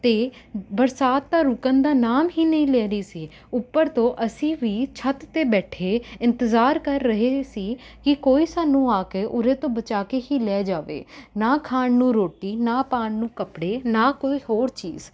ਅਤੇ ਬਰਸਾਤ ਤਾਂ ਰੁਕਣ ਦਾ ਨਾਮ ਹੀ ਨਹੀਂ ਲੈ ਰਹੀ ਸੀ ਉੱਪਰ ਤੋਂ ਅਸੀਂ ਵੀ ਛੱਤ 'ਤੇ ਬੈਠੇ ਇੰਤਜ਼ਾਰ ਕਰ ਰਹੇ ਸੀ ਕਿ ਕੋਈ ਸਾਨੂੰ ਆ ਕੇ ਉਰੇ ਤੋਂ ਬਚਾ ਕੇ ਹੀ ਲੈ ਜਾਵੇ ਨਾ ਖਾਣ ਨੂੰ ਰੋਟੀ ਨਾ ਪਾਣ ਨੂੰ ਕੱਪੜੇ ਨਾ ਕੋਈ ਹੋਰ ਚੀਜ਼